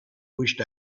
wished